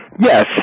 yes